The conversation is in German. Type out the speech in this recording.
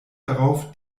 darauf